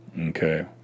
okay